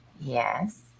Yes